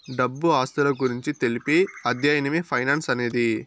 డబ్బు ఆస్తుల గురించి తెలిపే అధ్యయనమే ఫైనాన్స్ అనేది